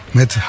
met